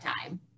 time